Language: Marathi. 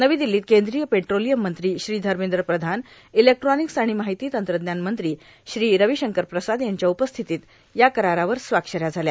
नवी र्दिल्लोत कद्रीय पेट्रोलयम मंत्री श्री धमद्र प्रधान इलेक्ट्रॉनक्स आण मार्ाहती तंत्रज्ञान मंत्री श्री र्रावशंकर प्रसाद यांच्या उपस्थितीत या करारावर स्वाक्षऱ्या झाल्या